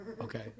Okay